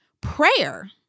Prayer